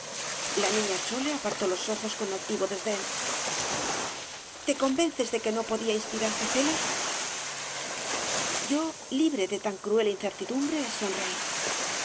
la niña chole apartó los ojos con altivo desdén te convences de que no podía inspirarte celos yo libre de tan cruel incertidumbre sonreí